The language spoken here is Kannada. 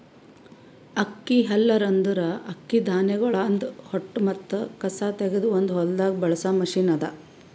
ಅಕ್ಕಿ ಹಲ್ಲರ್ ಅಂದುರ್ ಅಕ್ಕಿ ಧಾನ್ಯಗೊಳ್ದಾಂದ್ ಹೊಟ್ಟ ಮತ್ತ ಕಸಾ ತೆಗೆದ್ ಒಂದು ಹೊಲ್ದಾಗ್ ಬಳಸ ಮಷೀನ್ ಅದಾ